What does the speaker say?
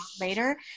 later